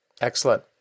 excellent